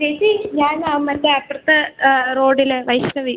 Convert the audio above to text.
ചേച്ചി ഞാനാ മറ്റെ അപ്പുറത്തെ റോഡിലെ വൈഷ്ണവി